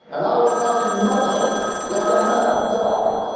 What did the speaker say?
and i will not be muzzled like a mad dog.